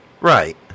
Right